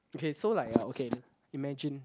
okay so like uh okay imagine